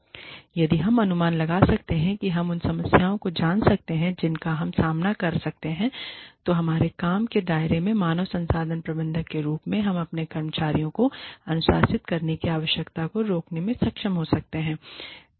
या यदि हम अनुमान लगा सकते हैं कि हम उन समस्याओं को जान सकते हैं जिनका हम सामना कर सकते हैं तो हमारे काम के दायरे में मानव संसाधन प्रबंधक के रूप में हम अपने कर्मचारियों को अनुशासित करने की आवश्यकता को रोकने में सक्षम हो सकते हैं